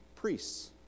priests